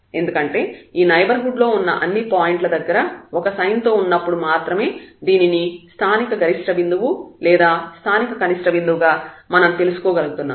ఎందుకంటే ఈ నైబర్హుడ్ లో ఉన్న అన్ని పాయింట్ల దగ్గర ఒక సైన్ తో ఉన్నప్పుడు మాత్రమే దీనిని స్థానిక గరిష్ట బిందువుగా లేదా స్థానిక కనిష్ట బిందువుగా మనం తెలుసుకోగలుగుతాము